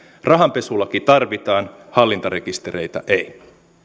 rahanpesulaki tarvitaan hallintarekistereitä ei